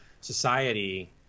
society